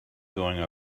going